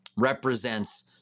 represents